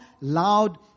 loud